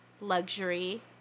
luxury